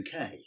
uk